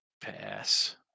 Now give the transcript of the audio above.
Pass